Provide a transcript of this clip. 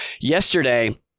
yesterday